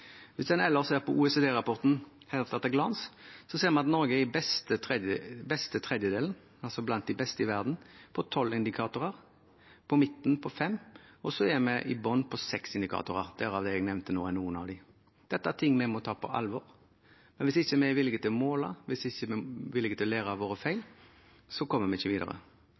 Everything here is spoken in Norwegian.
Hvis en ellers ser på OECD-rapporten «Health at a Glance», ser en at Norge er i den beste tredjedelen, altså blant de beste i verden, på tolv indikatorer. Vi er på midten på fem, og så er vi i bunnen på seks indikatorer, derav noen av dem jeg nevnte nå. Dette er ting vi må ta på alvor. Men hvis vi ikke er villig til å måle, hvis vi ikke er villig til å lære av våre feil, kommer vi ikke videre.